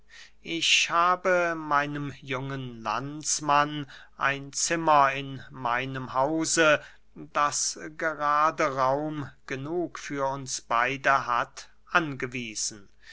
ich habe meinem jungen landsmann ein zimmer in meinem hause das gerade raum genug für uns beide hat angewiesen